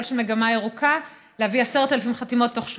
של מגמה ירוקה להביא 10,000 חתימות בתוך שבועיים,